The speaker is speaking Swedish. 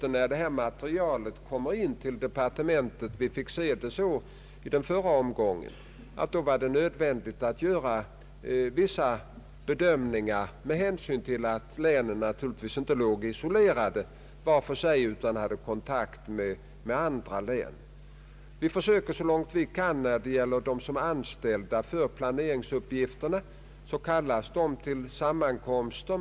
När detta material kommer in till departementet är det självfallet nödvändigt — så var det i den förra omgången — att göra vissa bedömningar med hänsyn till att länen naturligtvis inte är isolerade var för sig utan har kontakt med andra län. De som är anställda för planeringsuppgifterna kallas, så långt det är möjligt, till sammankomster.